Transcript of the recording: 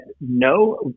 no